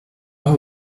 our